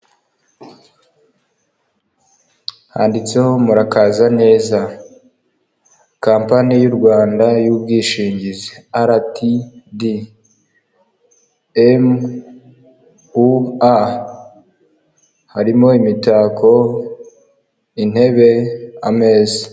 Handitseho murakaza neza kampani y'u Rwanda y'ubwishingizi RTD, MUA, harimo imitako, intebe, ameza.